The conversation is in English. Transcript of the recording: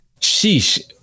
sheesh